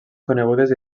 conegudes